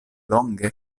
longe